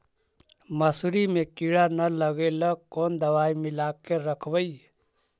मसुरी मे किड़ा न लगे ल कोन दवाई मिला के रखबई?